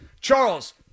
Charles